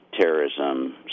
terrorism